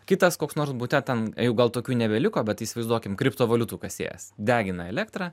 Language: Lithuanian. kitas koks nors bute ten gal tokių nebeliko bet įsivaizduokim kriptovaliutų kasėjas degina elektrą